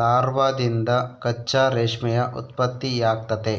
ಲಾರ್ವಾದಿಂದ ಕಚ್ಚಾ ರೇಷ್ಮೆಯ ಉತ್ಪತ್ತಿಯಾಗ್ತತೆ